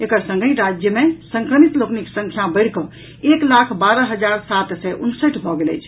एकर संगहि राज्य मे संक्रमित लोकनिक संख्या बढ़िकऽ एक लाख बारह हजार सात सय उनसठि भऽ गेल अछि